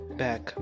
back